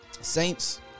Saints